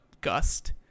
Gust